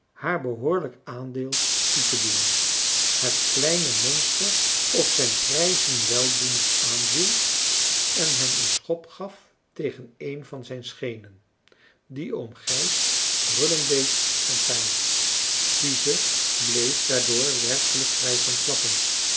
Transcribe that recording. haar behoorlijk aandeel toe te dienen het kleine monster op zijn grijzen weldoener aanviel en hem een schop gaf tegen een van zijn schenen die oom gijs brullen deed van pijn suze bleef daardoor werkelijk vrij van klappen